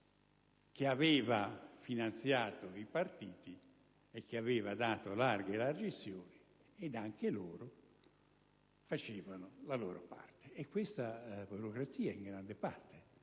che aveva finanziato i partiti e che aveva dato larghe adesioni (ed anche loro facevano la propria parte). Questa burocrazia, in gran parte,